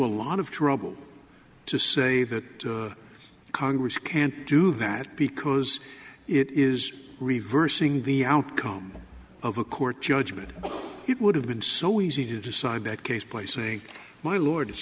a lot of trouble to say that congress can't do that because it is reversing the outcome of a court judgment it would have been so easy to decide that case by saying my lord